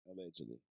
Allegedly